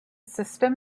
system